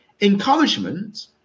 encouragement